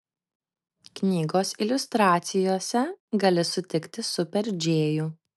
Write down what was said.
knygos iliustracijose gali sutikti super džėjų